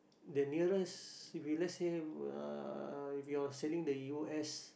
the nearest if you let say uh if you are sailing the U_S